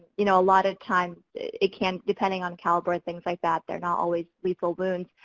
you know a lot of times it can, depending on caliber, things like that, they're not always lethal wounds.